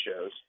shows